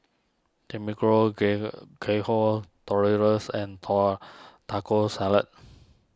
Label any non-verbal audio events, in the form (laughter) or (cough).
(unintelligible) and tor Taco Salad